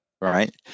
right